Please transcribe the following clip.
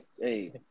Hey